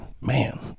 man